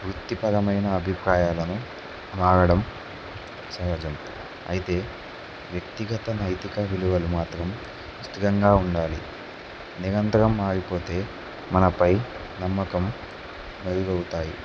వృత్తిరమైన అభిప్రాయాలను మారడం సహజం అయితే వ్యక్తిగత నైతిక విలువలు మాత్రం స్థిరంగా ఉండాలి నిరంతరం ఆగిపోతే మనపై నమ్మకం మెరుగవుతాయి